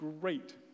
great